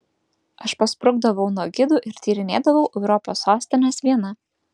aš pasprukdavau nuo gidų ir tyrinėdavau europos sostines viena